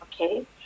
okay